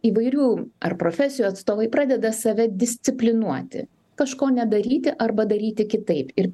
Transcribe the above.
įvairių ar profesijų atstovai pradeda save disciplinuoti kažko nedaryti arba daryti kitaip ir